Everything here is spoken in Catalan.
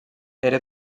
era